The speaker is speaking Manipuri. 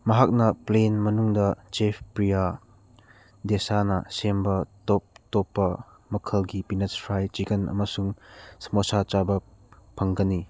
ꯃꯍꯥꯛꯅ ꯄ꯭ꯂꯦꯟ ꯃꯅꯨꯡꯗ ꯆꯦꯐ ꯄ꯭ꯔꯤꯌꯥ ꯗꯦꯁꯥꯅ ꯁꯦꯝꯕ ꯇꯣꯞ ꯇꯣꯞꯄ ꯃꯈꯜꯒꯤ ꯄꯤꯅꯠꯁ ꯐ꯭ꯔꯥꯏꯗ ꯆꯤꯀꯟ ꯑꯃꯁꯨꯡ ꯁꯃꯣꯁꯥ ꯆꯥꯕ ꯐꯪꯒꯅꯤ